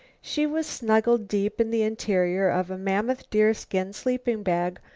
she was snuggled deep in the interior of a mammoth deerskin sleeping-bag,